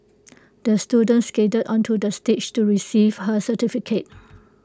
the student skated onto the stage to receive her certificate